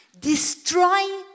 Destroying